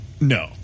No